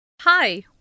Hi